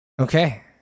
Okay